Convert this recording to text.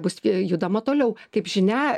bus judama toliau kaip žinia